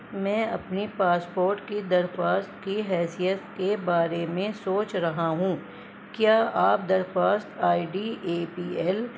میں اپنی پاسپورٹ کی درخواست کی حیثیت کے بارے میں سوچ رہا ہوں کیا آپ درخواست I D A P L